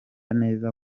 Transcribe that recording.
neza